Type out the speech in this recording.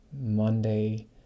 Monday